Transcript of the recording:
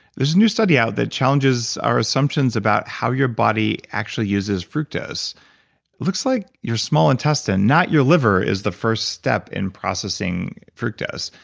there's a new study out that challenges our assumptions about how your body actually uses fructose. it looks like your small intestine, not your liver, is the first step in processing fructose.